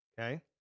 okay